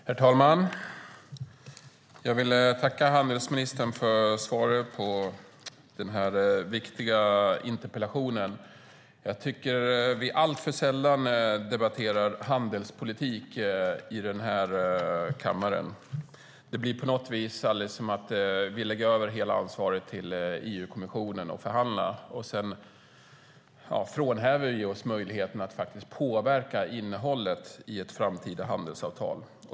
Herr talman! Jag vill tacka handelsministern för svaret på den här viktiga interpellationen. Jag tycker att vi alltför sällan debatterar handelspolitik i den här kammaren. Det blir på något vis som om vi lägger över hela ansvaret att förhandla på EU-kommissionen och frånhänder oss möjligheten att påverka innehållet i ett framtida handelsavtal.